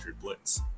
blitz